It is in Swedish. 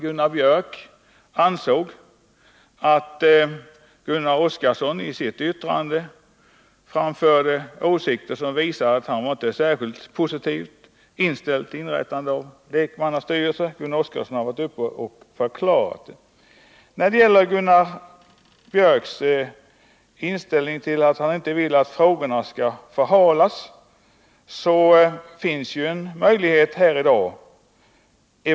Gunnar Björk ansåg att Gunnar Oskarson i sitt yttrande förde fram åsikter som visar att han inte var särskilt positivt inställd till inrättande av en lekmannastyrelse. Gunnar Oskarson har varit uppe i talarstolen och förklarat sig. När det gäller Gunnar Björks inställning — att han inte vill att frågorna skall förhalas — finns ju en möjlighet här i dag.